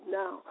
now